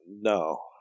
no